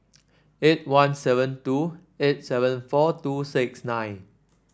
eight one seven two eight seven four two six nine